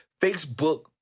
Facebook